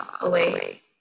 away